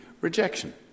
rejection